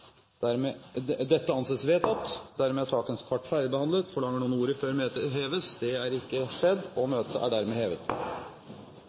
Dermed er dagens kart ferdigbehandlet. Forlanger noen ordet før møtet heves? – Møtet er